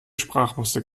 sprachmuster